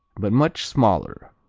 but much smaller.